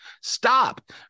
Stop